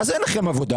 מה זה אין לכם עבודה?